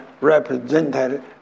represented